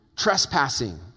trespassing